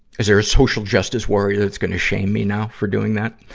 is there a social justice warrior that's gonna shame me now for doing that!